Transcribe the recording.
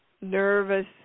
nervous